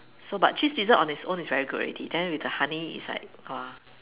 so but cheese Pizza on it's own is very good already then with the honey it's like !wah!